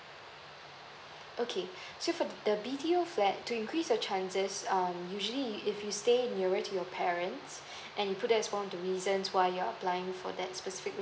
okay so for the B_T_O flats to increase the chances um usually if you stay nearer to your parents and put that in the form the reasons why you're applying for that specific